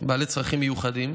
לבעלי צרכים מיוחדים.